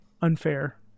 unfair